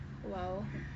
!wow!